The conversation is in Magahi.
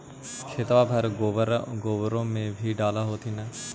खेतबा मर गोबरो भी डाल होथिन न?